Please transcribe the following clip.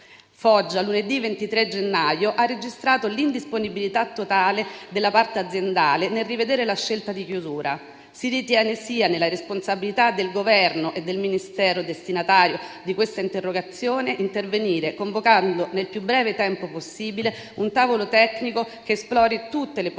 Foggia lunedì 23 gennaio ha registrato l'indisponibilità totale della parte aziendale nel rivedere la scelta di chiusura; si ritiene sia nella responsabilità del Governo e del Ministero del lavoro e delle politiche sociali intervenire convocando nel più breve tempo possibile un tavolo tecnico che esplori tutte le possibili